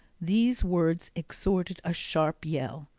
these words extorted a sharp yell.